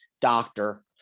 doctor